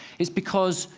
it's because,